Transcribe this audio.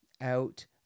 out